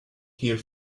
here